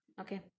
okay